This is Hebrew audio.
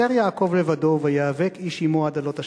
"ויותר יעקב לבדו ויאבק איש עמו עד עלות השחר.